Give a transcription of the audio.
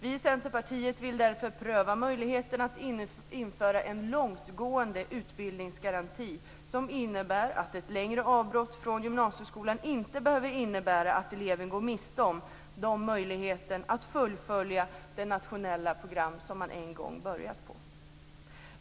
Vi i Centerpartiet vill därför pröva möjligheten att införa en långtgående utbildningsgaranti som innebär att ett längre avbrott från gymnasieskolan inte behöver betyda att eleven går miste om möjligheten att fullfölja det nationella program som en gång påbörjats.